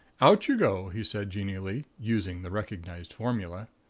out you go, he said, genially, using the recognized formula.